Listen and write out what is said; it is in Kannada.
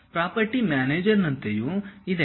ಪ್ರಾಪರ್ಟಿ ಮ್ಯಾನೇಜರ್ನಂತೆಯೂ ಇದೆ